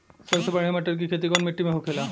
सबसे बढ़ियां मटर की खेती कवन मिट्टी में होखेला?